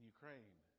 Ukraine